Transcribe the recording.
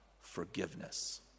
forgiveness